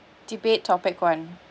debate topic one